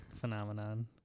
phenomenon